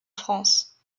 france